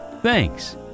Thanks